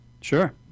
Sure